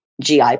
GI